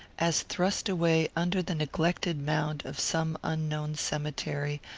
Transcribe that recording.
as thrust away under the neglected mound of some unknown cemetery,